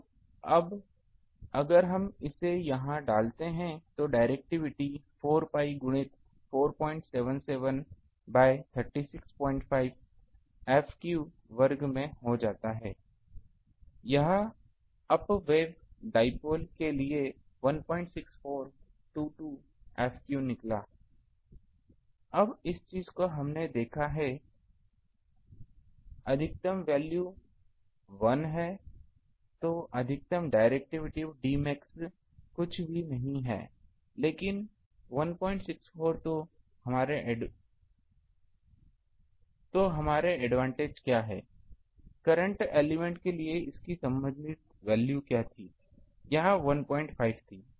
तो अब अगर हम इसे यहाँ डालते हैं तो यह डाइरेक्टिविटी 4 pi गुणित 477 बाय 365 F स्क्वायर में हो जाता है यह अप वेब डाइपोल के लिए 16422 F निकला अब इस चीज़ को हमने देखा है अधिकतम वैल्यू 1 है तो अधिकतम डाइरेक्टिविटी Dmax कुछ भी नहीं है लेकिन 164 तो हमारे एडवांटेज क्या है करंट एलिमेंट के लिए इसकी संबंधित वैल्यू क्या थी यहां 15 थी